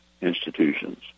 institutions